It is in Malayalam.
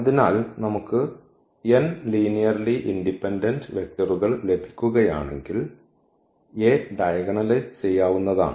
അതിനാൽ നമുക്ക് n ലീനിയർലി ഇൻഡിപെൻഡന്റ് വെക്ടറുകൾ ലഭിക്കുകയാണെങ്കിൽ A ഡയഗണലൈസ് ചെയ്യാവുന്നതാണ്